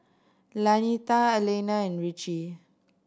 Lanita Alaina and Ritchie